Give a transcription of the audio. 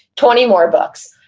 twenty more books.